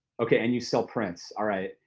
okay, and you sell prints, all right.